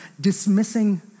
dismissing